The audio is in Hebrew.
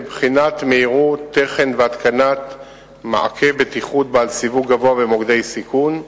בחינת מהירות תכן והתקנת מעקה בטיחות בעל סיווג גבוה במוקדי סיכון,